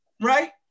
right